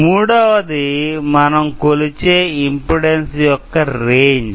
మూడవది మనం కొలిచే ఇంపిడెన్సు యొక్క రేంజ్